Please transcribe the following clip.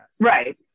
Right